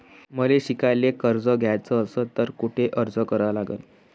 मले शिकायले कर्ज घ्याच असन तर कुठ अर्ज करा लागन?